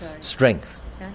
Strength